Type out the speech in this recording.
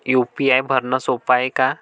UPI भरनं सोप हाय का?